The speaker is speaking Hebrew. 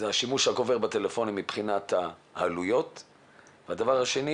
עלויות בעקבות השימוש הגובר בטלפונים; ודבר שני